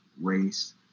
race